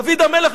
דוד המלך,